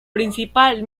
principal